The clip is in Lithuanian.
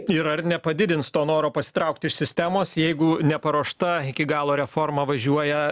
ir ar nepadidins to noro pasitraukti iš sistemos jeigu neparuošta iki galo reforma važiuoja